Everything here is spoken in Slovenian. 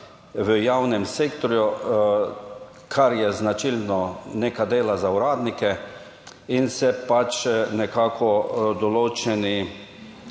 v javnem sektorju, kar je značilno, neka dela za uradnike in se pač nekako določeni